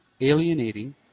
alienating